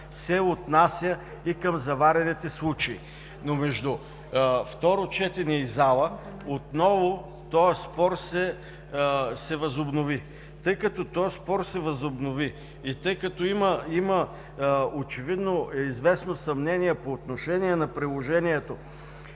се отнася и към заварените случаи, но между второ четене и зала отново този спор се възобнови. Тъй като този спор се възобнови и тъй като има очевидно известно съмнение по отношение на приложението